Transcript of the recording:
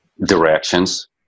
directions